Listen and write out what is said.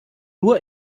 nur